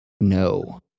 No